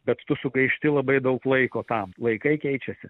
bet tu sugaišti labai daug laiko tam laikai keičiasi